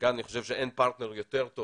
וכאן אני חושב שלדבר הזה אין פרטנר יותר טוב